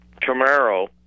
Camaro